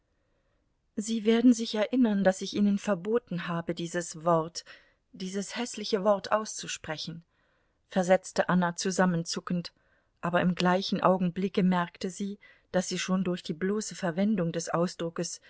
sie werden sich erinnern daß ich ihnen verboten habe dieses wort dieses häßliche wort auszusprechen versetzte anna zusammenzuckend aber im gleichen augenblicke merkte sie daß sie schon durch die bloße verwendung des ausdruckes